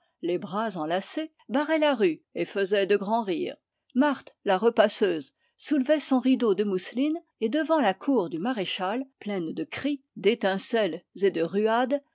les bras enlacés barraient la rue et faisaient de grands rires marthe la repasseuse levait son rideau de mousseline et devant la cour du maréchal pleine de cris d'étincelles et de ruades